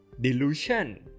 delusion